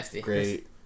great